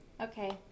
Okay